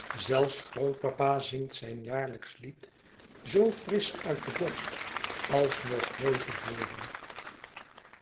grootmama zelfsgrootpapa zingt zijn jaarlijksch liedjezoofrisch uit de borst als nog nooit te voren